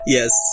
Yes